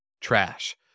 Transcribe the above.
trash